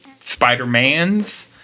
Spider-Mans